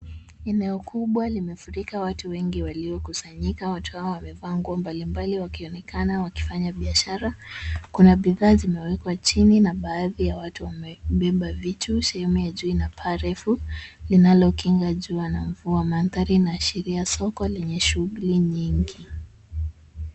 Eneo kubwa limefurika watu wengi waliokusanyika. Watu hawa wamevaa nguo mbalimbali wakionekana wakifanya biashara. Kuna bidhaa zimewekwa chini na baadhi ya watu wamebeba vitu. Sehemu ya juu ina paa refu linalokinga jua na mvua. Mandhari inaashiria soko lenye shughuli nyingi.